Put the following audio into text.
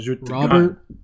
Robert